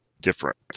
different